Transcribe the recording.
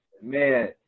man